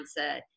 mindset